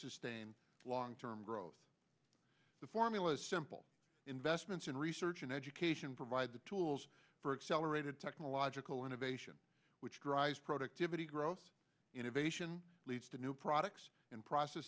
sustain long term growth the formula is simple investments in research and education provide the tools for excel aerated technological innovation which drives productivity growth innovation leads to new products and process